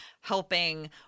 helping